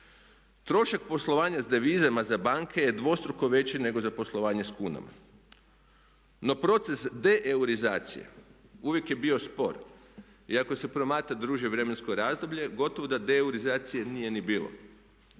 Trošak poslovanja sa devizama za banke je dvostruko veći nego za poslovanje sa kunama. No proces deeuroizacije uvijek je bio spor. I ako se promatra duže vremensko razdoblje gotovo da deuroizacije nije ni bilo.